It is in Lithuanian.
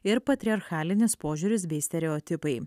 ir patriarchalinis požiūris bei stereotipai